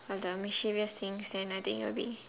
all the mischievous things then I think it will be